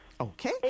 Okay